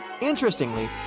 interestingly